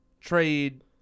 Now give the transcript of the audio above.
trade